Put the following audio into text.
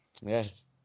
Yes